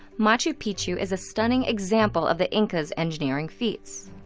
machu picchu is a stunning example of the inca's engineering feats.